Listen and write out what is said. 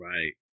Right